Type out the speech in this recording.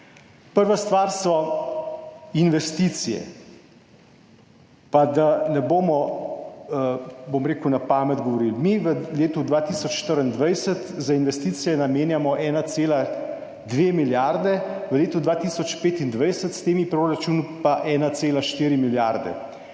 Prva stvar so investicije. Pa da ne bomo, bom rekel, na pamet govorili, mi v letu 2024 za investicije namenjamo 1,2 milijardi, v letu 2025 s tem proračunom pa 1,4 milijarde.